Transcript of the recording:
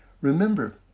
Remember